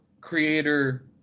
creator